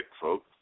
folks